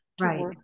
right